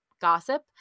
gossip